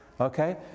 Okay